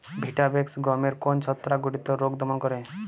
Vitavax গমের কোন ছত্রাক ঘটিত রোগ দমন করে?